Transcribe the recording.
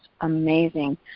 amazing